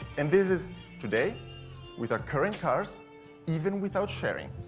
and this is today with our current cars even without sharing.